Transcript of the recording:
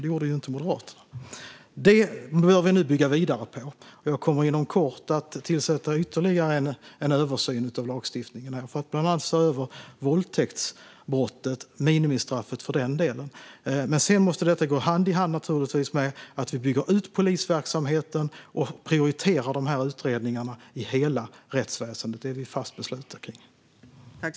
Det gjorde inte Moderaterna. Detta behöver vi nu bygga vidare på. Jag kommer inom kort att tillsätta ytterligare en översyn av lagstiftningen, för att bland annat se över minimistraffet för våldtäkt. Detta måste naturligtvis gå hand i hand med att vi bygger ut polisverksamheten och att vi prioriterar utredningarna i hela rättsväsendet. Det är vi fast beslutna att göra.